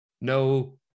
no